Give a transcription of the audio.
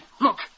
Look